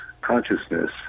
consciousness